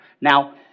Now